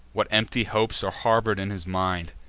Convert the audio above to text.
what empty hopes are harbor'd in his mind?